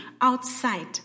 outside